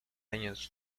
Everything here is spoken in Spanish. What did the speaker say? años